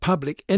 Public